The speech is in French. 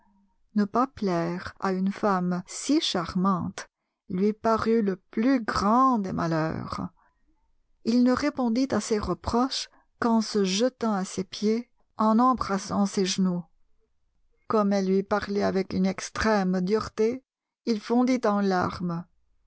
ne pas plaire à une femme si charmante lui parut le plus grand des malheurs il ne répondit à ses reproches qu'en se jetant à ses pieds en embrassant ses genoux comme elle lui parlait avec une extrême dureté il fondit en larmes